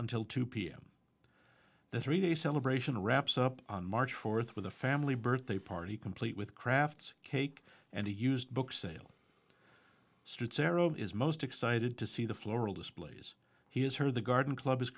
until two pm the three day celebration wraps up on march fourth with a family birthday party complete with crafts cake and a used book sale street zero is most excited to see the floral displays he has heard the garden clubs